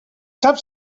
sap